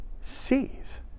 sees